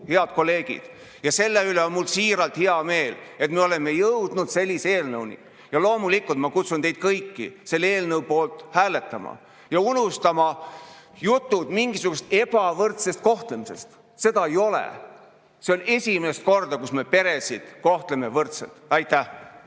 head kolleegid. Ja selle üle on mul siiralt hea meel, et me oleme jõudnud sellise eelnõuni. Loomulikult ma kutsun teid kõiki üles selle eelnõu poolt hääletama ja unustama jutud mingisugusest ebavõrdsest kohtlemisest. Seda ei ole. See on esimene kord, kui me kohtleme peresid võrdselt. Aitäh!